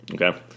Okay